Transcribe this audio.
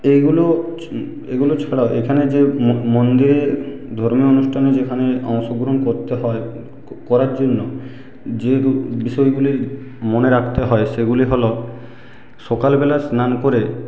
এইগুলো এগুলো ছাড়াও এখানে যে মন্দিরে ধর্মীয় অনুষ্ঠানে যেখানে অংশগ্রহণ করতে হয় করার জন্য যে বিষয়গুলি মনে রাখতে হয় সেগুলি হল সকালবেলা স্নান করে